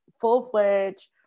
full-fledged